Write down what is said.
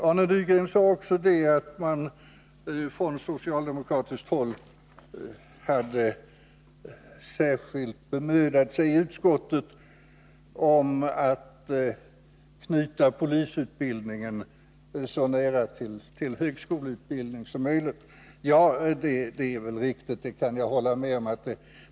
Arne Nygren sade också att man från socialdemokratiskt håll i utskottet särskilt hade bemödat sig när det gäller att knyta polisutbildningen så nära högskoleutbildningen som möjligt. Ja, det kan jag väl hålla med om.